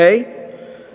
Okay